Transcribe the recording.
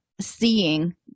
seeing